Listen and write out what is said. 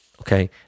Okay